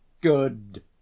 Good